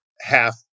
half